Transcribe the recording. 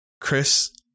Chris